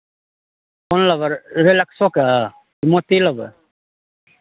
कोन लेबै रिलेक्सोके कि मोती लेबै